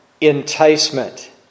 enticement